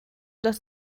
das